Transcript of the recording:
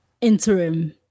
interim